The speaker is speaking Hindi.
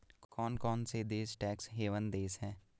कौन कौन से देश टैक्स हेवन देश हैं?